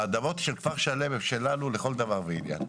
האדמות של כפר שלם הם שלנו לכל דבר ועניין.